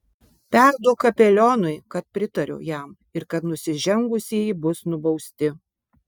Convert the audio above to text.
perduok kapelionui kad pritariu jam ir kad nusižengusieji bus nubausti